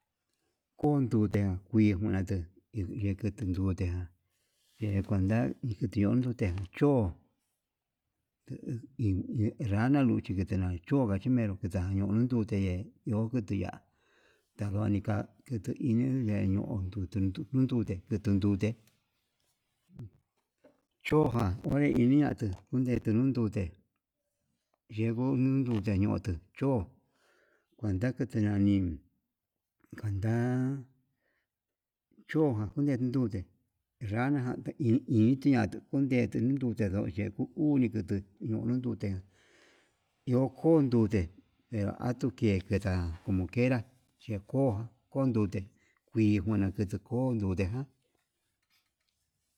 Kundute kuii njuneti iyeke tindute ján, yekuenda tiondute cho'o u hi rana luchí keteña nroka chimero kuita ñona'a ndute yuu kute ya'á, yandunika kutu ini ye'e yeño'o kuten nduntundu ndute ondon nduté, choján onre yini ñatuu chiner nond ndute yenguo nundute ñoto, cho kuenta kuti nani kuenta choján kuten ndute yanajan iin inté, atu kundetu ñute ndoyeku uni ndutu nondute ndio kon nduté nde atuke kenra, kunkenrá yeko kondute kui kuna kute ko'o ondute ján.